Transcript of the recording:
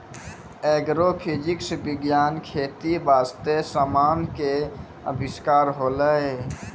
agrophysics विज्ञान खेती बास्ते समान के अविष्कार होलै